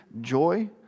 joy